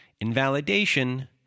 invalidation